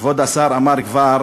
כבוד השר אמר כבר